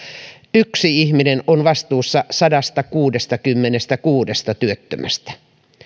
yksi ihminen on vastuussa sadastakuudestakymmenestäkuudesta työttömästä